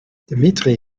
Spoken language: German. dimitri